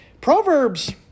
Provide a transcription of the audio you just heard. Proverbs